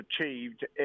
achieved